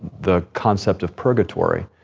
the concept of purgatory.